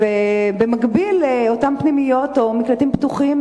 ובמקביל אותם פנימיות או מקלטים פתוחים